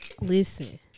listen